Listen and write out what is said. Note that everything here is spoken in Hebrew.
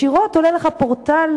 ישירות עולה לך פורטל,